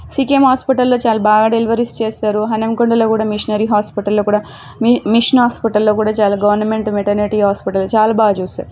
CKM హాస్పిటల్లో చాల బాగా డెలివరీస్ చేస్తారు హనంకొండలో కూడా మిషనరీ హాస్పిటల్లో కూడా మి మిషన్ హాస్పిటల్లో కూడా చాలా గవర్నమెంట్ మేటర్నటీ హాస్పిటల్ చాలా బాగా చూస్తారు